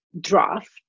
draft